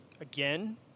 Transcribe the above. again